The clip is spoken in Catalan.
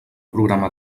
programa